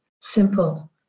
simple